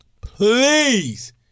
please